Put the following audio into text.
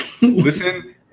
Listen